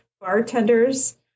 bartenders